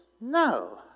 no